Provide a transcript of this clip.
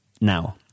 now